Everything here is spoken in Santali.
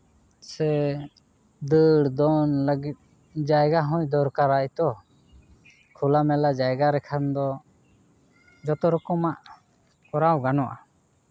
ᱥᱮ ᱫᱟᱹᱲ ᱫᱚᱱ ᱞᱟᱹᱜᱤᱫ ᱡᱟᱭᱜᱟ ᱦᱚᱭ ᱫᱚᱨᱠᱟᱨᱟᱛᱚ ᱠᱷᱳᱞᱟ ᱢᱮᱞᱟ ᱡᱟᱭᱜᱟ ᱨᱮᱠᱷᱟᱱ ᱫᱚ ᱡᱚᱛᱚ ᱨᱚᱠᱚᱢᱟᱜ ᱠᱚᱨᱟᱣ ᱜᱟᱱᱚᱜᱼᱟ